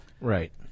Right